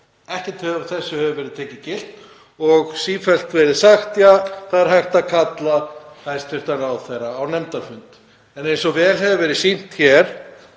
Ekkert af þessu hefur verið tekið gilt og sífellt verið sagt: Það er hægt að kalla hæstv. ráðherra á nefndarfund, en eins og vel hefur verið sýnt